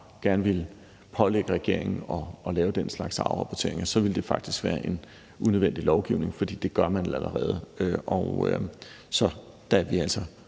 gerne ville pålægge regeringen at lave den slags afrapporteringer, ville det faktisk være en unødvendig lovgivning, for det gør man allerede.